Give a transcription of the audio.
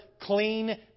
Clean